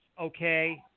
Okay